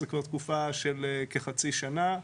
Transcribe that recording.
זה כבר תקופה של כחצי שנה,